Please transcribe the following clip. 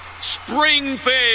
Springfield